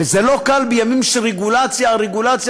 וזה לא קל בימים של רגולציה על רגולציה